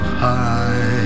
high